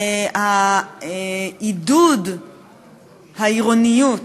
עידוד העירוניות,